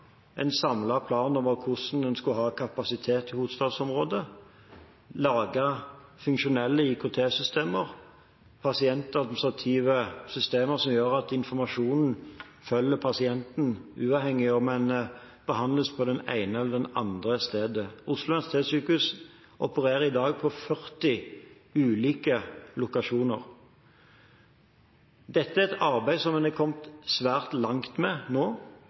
en samlet kapasitetsplan for hovedstadsområdet, lage funksjonelle IKT-systemer, pasientadministrative systemer, som gjør at informasjonen følger pasienten uavhengig av om en behandles på det ene eller det andre stedet. Oslo universitetssykehus opererer i dag på 40 ulike lokasjoner. Dette er et arbeid som en nå har kommet svært langt med.